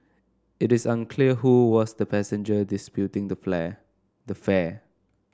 it is unclear who was the passenger disputing the the fare